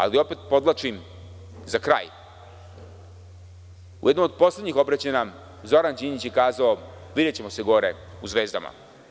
Ali, opet podvlačim za kraj, u jednom od poslednjih obraćanja Zoran Đinđić je kazao – videćemo se gore u zvezdama.